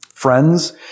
Friends